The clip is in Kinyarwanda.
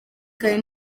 kandi